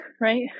right